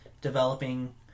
developing